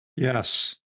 Yes